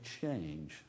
change